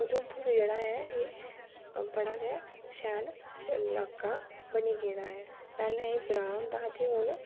उधमपुर जेह्ड़ा ऐ एह् बड़ा गै शैल लाका बनी गेदा ऐ पैह्लें एह् ग्रांऽ होंदा हा ते हून